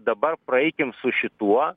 dabar praeikim su šituo